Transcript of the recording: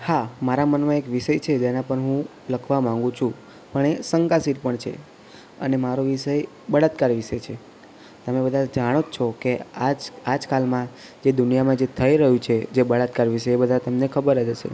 હા મારા મનમાં એક વિષય છે જેના પર હું લખવા માંગુ છું પણ એ શંકાશીલ પણ છે અને મારો વિષય બળાત્કાર વિશે છે તમે બધા જાણો જ છો કે આજકાલમાં જે દુનિયામાં જે થઈ રહ્યું છે જે બળાત્કાર વિશે એ બધા તમને ખબર જ હશે